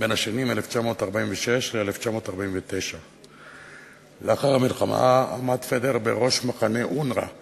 בשנים 1946 1949. לאחר המלחמה עמד פדר בראש מחנה אונר"א